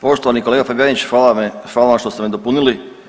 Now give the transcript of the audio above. Poštovani kolega Fabijanić, hvala vam što ste me dopunili.